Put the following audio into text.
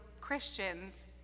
Christians